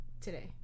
today